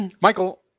Michael